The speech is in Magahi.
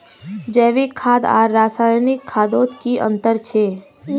जैविक खाद आर रासायनिक खादोत की अंतर छे?